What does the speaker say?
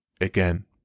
again